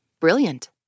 Brilliant